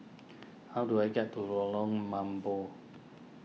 how do I get to Lorong Mambong